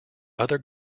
other